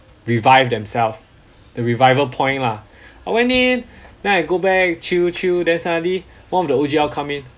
revive themself the revival point lah I went in then I go back chill chill then suddenly one of the O_G_L come in